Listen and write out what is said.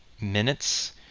minutes